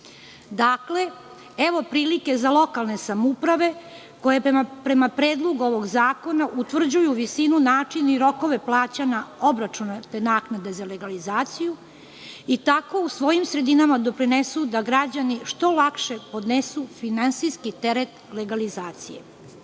katastar. Evo prilike za lokalne samouprave, koje prema predlogu ovog zakona utvrđuju visinu, način i rokove plaćanja obračunate naknade za legalizaciju i tako u svojim sredinama doprinesu da građani što lakše podnesu finansijski teret legalizacije. Kao